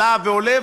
עלה ועולה,